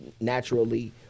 naturally